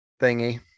thingy